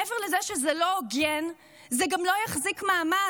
מעבר לזה שזה לא הוגן, זה גם לא יחזיק מעמד.